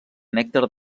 nèctar